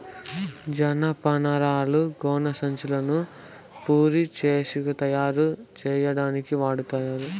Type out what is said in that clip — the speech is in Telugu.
జనపనారను గోనిసంచులు, పురికొసలని తయారు చేసేకి వాడతారు